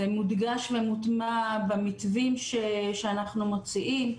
זה מודגש ומוטמע במתווים שאנחנו מוציאים.